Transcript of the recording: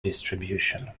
distribution